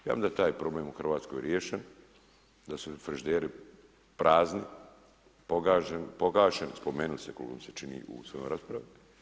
Ja mislim da je taj problem u Hrvatskoj riješen, da su frižideri prazni, pogašeni, spomenuli ste koliko mi se čini u svojoj raspravi.